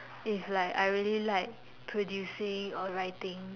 if like I really like producing or writing